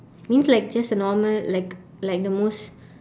means like just a normal like like the most